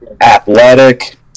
athletic